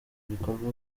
ibikorwa